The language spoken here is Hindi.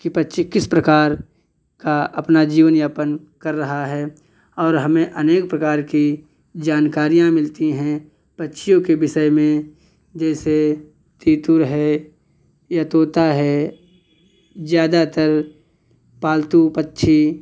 कि पक्षी किस प्रकार का अपना जीवन यापन कर रहा है और हमें अनेक प्रकार की जानकारियाँ मिलती हैं पक्षियों के विषय में जैसे तीतुर है या तोता है ज़्यादातर पालतू पक्षी